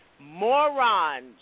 morons